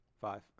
Five